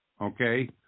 Okay